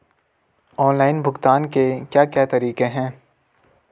Online भुगतान के क्या क्या तरीके हैं?